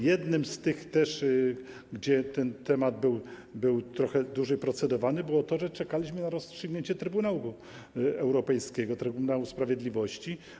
Jednym z powodów tego, że ten temat był trochę dłużej procedowany, było to, że czekaliśmy na rozstrzygnięcie trybunału europejskiego, Trybunału Sprawiedliwości.